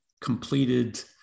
completed